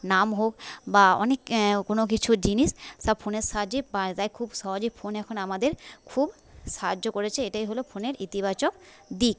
নাম হোক বা অনেক কোনো কিছু জিনিস সব ফোনের সাহায্যেই পাওয়া যায় খুব সহজেই ফোন এখন আমাদের খুব সাহায্য করেছে এটাই হল ফোনের ইতিবাচক দিক